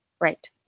Right